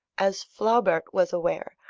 as flaubert was aware,